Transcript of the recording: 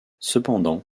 cependant